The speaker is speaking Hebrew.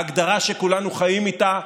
ההגדרה שכולנו חיים איתה,